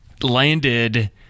landed